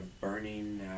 burning